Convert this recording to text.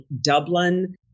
Dublin